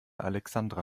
alexandra